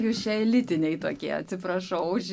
jūs čia elitiniai tokie atsiprašau už